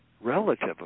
relative